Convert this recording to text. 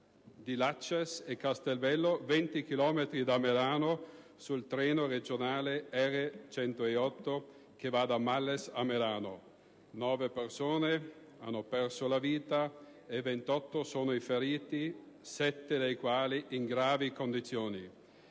di Laces e Castelbello, a 20 chilometri da Merano, sul treno regionale R108 che va da Malles a Merano. Nove persone hanno perso la vita e ventotto sono i feriti, sette dei quali in gravi condizioni.